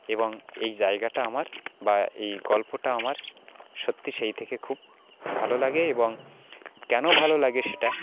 এবং এই জায়গাটা আমার বা এই গল্পটা আমার সত্যি সেই থেকে খুব ভালো লাগে এবং কেন ভালো লাগে সেটা